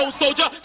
soldier